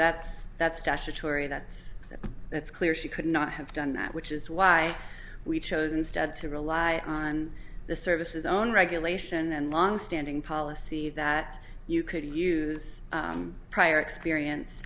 that's statutory that's that's clear she could not have done that which is why we chose instead to rely on the services on regulation and longstanding policy that you could use prior experience